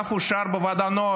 לוועדה,